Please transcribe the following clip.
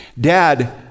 Dad